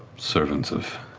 servants of